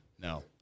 No